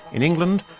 in england,